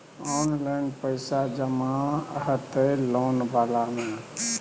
Online पैसा जमा हते लोन वाला में?